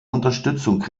unterstützung